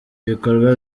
bikorwa